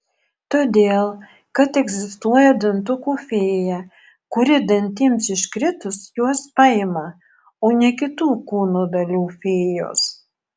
todėl kad egzistuoja dantukų fėja kuri dantims iškritus juos paima o ne kitų kūno dalių fėjos